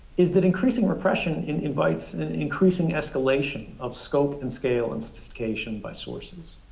is that increasing repression in invites an increasing escalation of scope, and scale, and sophistication by sources.